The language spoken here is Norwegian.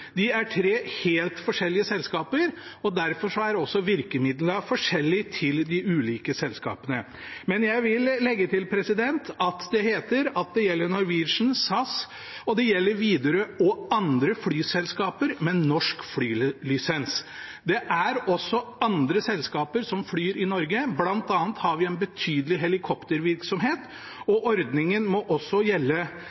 De er tre helt forskjellige selskaper, og derfor er også virkemidlene til de ulike selskapene forskjellige. Men jeg vil legge til at det heter at det gjelder Norwegian og SAS, og det gjelder Widerøe og andre flyselskaper med norsk flylisens. Det er også andre selskaper som flyr i Norge, bl.a. har vi en betydelig helikoptervirksomhet, og